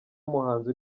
wumuhanzi